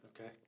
Okay